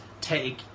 take